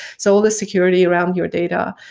so all these security around your data.